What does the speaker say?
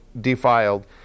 defiled